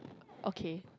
okay